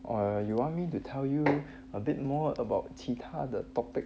or you want me to tell you a bit more about 其他的 topic